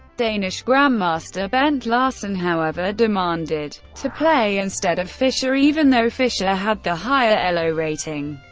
danish grandmaster bent larsen, however, demanded to play instead of fischer, even though fischer had the higher elo rating.